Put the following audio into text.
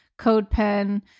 Codepen